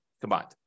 combined